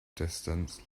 distance